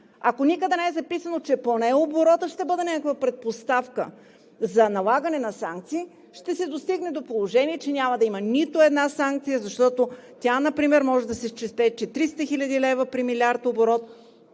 Ако никъде не е записано, че поне оборотът ще бъде някаква предпоставка за налагане на санкции, ще се достигне до положение, че няма да има нито една санкция, защото например може да се счете, че 300 000 лв. при милиард оборот